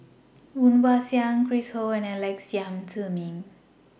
Woon Wah Siang Chris Ho and Alex Yam Ziming